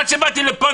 עד שבאתי לפה,